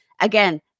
again